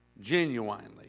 genuinely